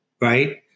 Right